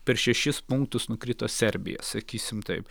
per šešis punktus nukrito serbija sakysim taip